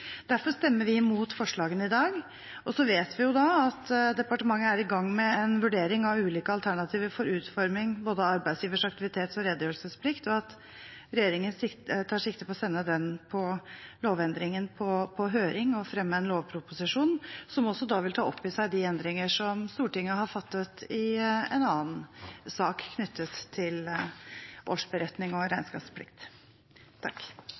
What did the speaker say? Derfor stemmer vi imot forslagene i dag. Vi vet at departementet er i gang med en vurdering av ulike alternativer for utforming både av arbeidsgiveres aktivitets- og redegjørelsesplikt, og at regjeringen tar sikte på å sende lovendringsforslag på høring og å fremme en lovproposisjon, som også vil ta opp i seg de endringer som Stortinget har fattet i en annen sak knyttet til årsberetning og